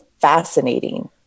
fascinating